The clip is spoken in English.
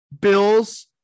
bills